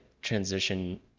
Transition